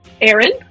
Aaron